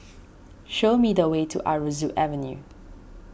show me the way to Aroozoo Avenue